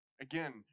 Again